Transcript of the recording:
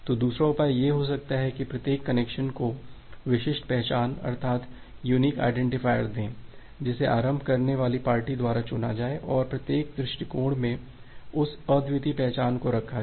तो दूसरा उपाय यह हो सकता है कि प्रत्येक कनेक्शन को विशिष्ट पहचान अर्थात यूनिक आइडेंटिफायर दें जिसे आरंभ करने वाली पार्टी द्वारा चुना जाए और प्रत्येक दृष्टिकोण में उस अद्वितीय पहचान को रखा जाए